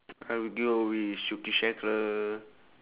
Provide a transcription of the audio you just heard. I will go with